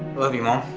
love you mom.